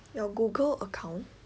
your Google account